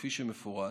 כפי שמפורט,